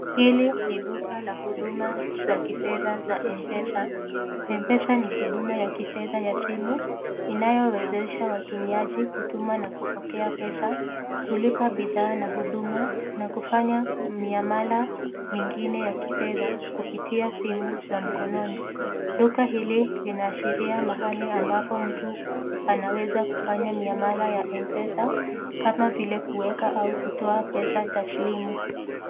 Hili ni duka la huduma za kifedha za M-pesa , mpe M-pesa ni huduma ya pesa ya simu, inayowezesha watumiaji, kutuma na kupokea pesaa, kulipa bidhaa na huduma, na kufanya miamala mingine ya kifedha kupitia simu za mkononi, duka hili linaashiria mahali ambapo mtu anaweza kufanya miamala ya pesa kama vile kuweka na kutoa pesa taslimu.